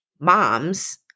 moms –